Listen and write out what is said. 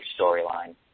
storyline